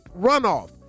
runoff